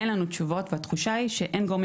אין לנו תשובות והתחושה היא שאין גורמים